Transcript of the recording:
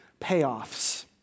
payoffs